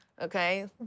okay